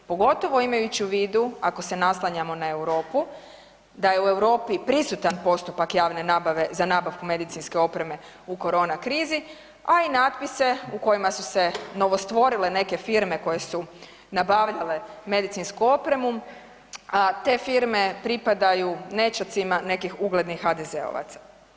Pogotovo imajući u vidu ako se naslanjamo na Europu da je u Europi prisutan postupak javne nabave za nabavku medicinske opreme u korona krizi, a i natpise u kojima su se novostvorile neke firme koje su nabavljale medicinsku opremu, a te firme pripadaju nećacima nekih uglednih HDZ-ovaca.